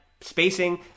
spacing